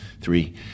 three